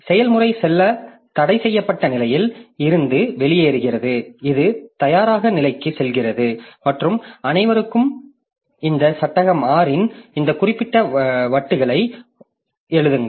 எனவே செயல்முறை செல்ல தடைசெய்யப்பட்ட நிலையில் இருந்து வெளியேறுகிறது இது தயாராக நிலைக்கு செல்கிறது மற்றும் அனைவருக்கும் மற்றும் இந்த சட்டகம் 6 இன் இந்த குறிப்பிட்ட வட்டுகளை வட்டுகளுக்கு எழுதுங்கள்